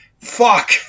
Fuck